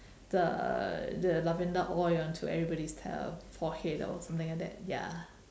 the the lavender oil onto everybody's uh forehead or something like that ya